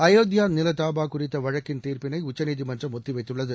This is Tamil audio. அயோத்தியா நில தாவா குறித்த வழக்கின் தீர்ப்பினை உச்சநீதிமன்றம் ஒத்திவைத்துள்ளது